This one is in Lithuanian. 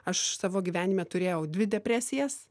aš savo gyvenime turėjau dvi depresijas